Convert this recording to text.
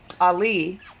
Ali